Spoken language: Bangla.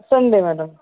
সন্ধ্যেবেলা